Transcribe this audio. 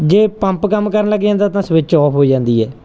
ਜੇ ਪੰਪ ਕੰਮ ਕਰਨ ਲੱਗ ਜਾਂਦਾ ਤਾਂ ਸਵਿੱਚ ਆਫ ਹੋ ਜਾਂਦੀ ਐ